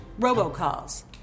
robocalls